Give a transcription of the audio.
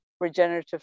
regenerative